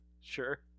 sure